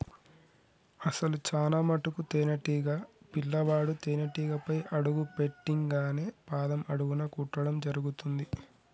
అసలు చానా మటుకు తేనీటీగ పిల్లవాడు తేనేటీగపై అడుగు పెట్టింగానే పాదం అడుగున కుట్టడం జరుగుతుంది